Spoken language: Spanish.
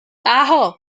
ajo